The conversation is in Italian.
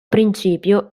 principio